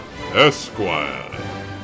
Esquire